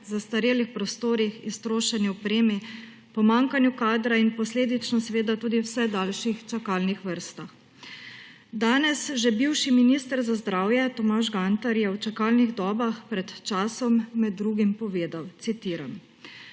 zastarelih prostorih, iztrošeni opremi, pomanjkanju kadra in posledično tudi vse daljših čakalnih vrstah. Danes že bivši minister za zdravje Tomaž Gantar je o čakalnih dobah pred časom med drugim povedal, citiram: